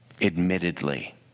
Admittedly